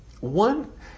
One